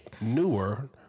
newer